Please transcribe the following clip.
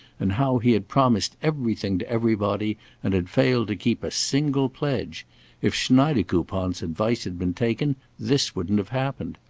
and how he had promised everything to everybody and had failed to keep a single pledge if schneidekoupon's advice had been taken, this wouldn't have happened.